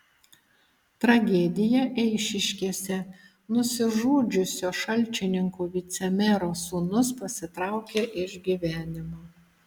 tragedija eišiškėse nusižudžiusio šalčininkų vicemero sūnus pasitraukė iš gyvenimo